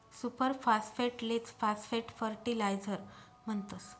super फास्फेटलेच phosphate fertilizer म्हणतस